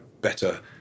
better